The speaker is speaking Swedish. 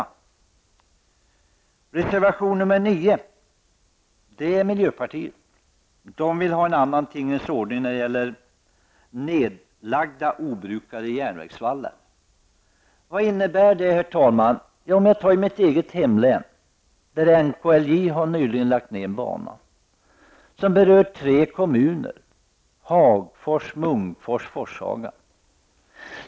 I reservation nr 9 vill miljöpartiet ha en annan tingens ordning när det gäller nedlagda obrukade järnvägsvallar. Vad innebär detta, herr talman? I mitt eget hemlän t.ex. där NKLJ nyligen har lagt ner banan, vilket berör tre kommuner -- Hagfors, Munkfors och Forshaga.